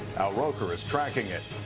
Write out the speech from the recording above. al roker is tracking it.